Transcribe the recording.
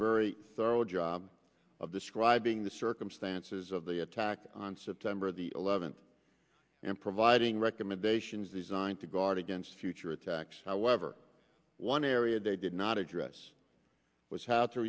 very thorough job of describing the circumstances of the attack on september the eleventh and providing recommendations the zine to guard against future attacks however one area they did not address was h